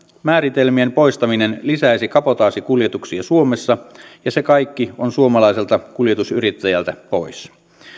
määritelmien poistaminen lisäisi kabotaasikuljetuksia suomessa ja se kaikki on suomalaiselta kuljetusyrittäjältä pois